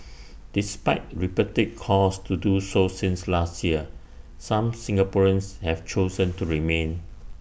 despite repeated calls to do so since last year some Singaporeans have chosen to remain